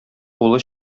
улы